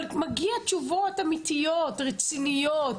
מגיע תשובות אמיתיות, רציניות.